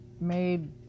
made